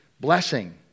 blessing